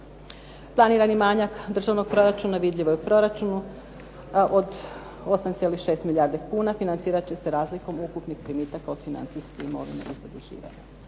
Planirani manjak državnog proračuna vidljivo je u proračunu u od 8,6 milijardi kuna financirat će se razlikom ukupnih primitaka od financijske imovine… Evo